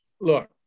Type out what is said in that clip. look